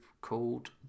called